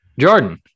Jordan